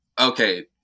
okay